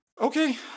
Okay